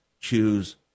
choose